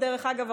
דרך אגב,